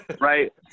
right